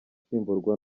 asimburwa